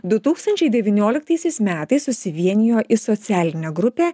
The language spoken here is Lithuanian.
du tūkstančiai devynioliktaisiais metais susivienijo į socialinę grupę